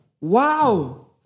Wow